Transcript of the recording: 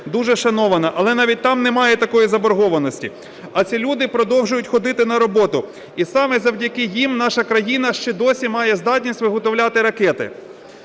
дуже шанована, але навіть там немає такої заборгованості. А ці люди продовжують ходити на роботу. І саме завдяки їм наша країна ще досі має здатність виготовляти ракети.